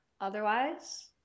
Otherwise